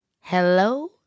Hello